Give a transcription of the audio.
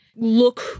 look